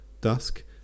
dusk